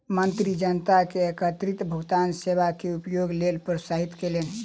मंत्री जनता के एकीकृत भुगतान सेवा के उपयोगक लेल प्रोत्साहित कयलैन